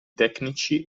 tecnici